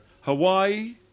Hawaii